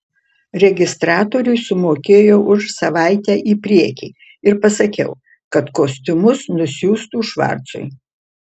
registratoriui sumokėjau už savaitę į priekį ir pasakiau kad kostiumus nusiųstų švarcui